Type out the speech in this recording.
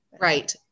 Right